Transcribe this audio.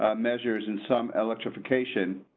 ah measures in some electrification.